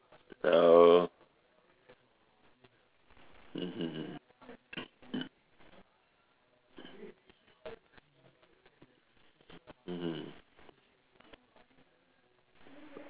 oh mmhmm mmhmm